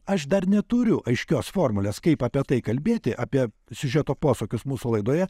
aš dar neturiu aiškios formulės kaip apie tai kalbėti apie siužeto posūkius mūsų laidoje